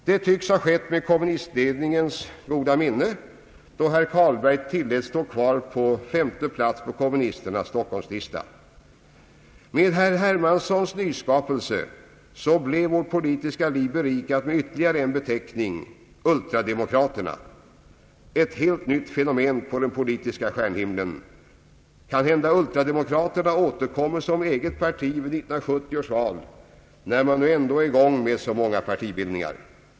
Detta tycks också ha skett med kommunistledningens goda minne, då herr Carlberg tilläts stå kvar på femte plats på kommunisternas stockholmslista. Med herr Hermanssons nyskapelse blev vårt politiska liv berikat med ytterligare en beteckning — ultrademokraterna — ett helt nytt fenomen på den politiska stjärnhimlen. Kanhända ultrademokraterna återkommer som eget parti vid 1970 års val när man nu ändå är i gång med så många partibildningar?